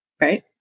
right